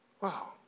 Wow